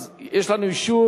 אז יש לנו אישור: